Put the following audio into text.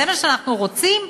זה מה שאנחנו רוצים?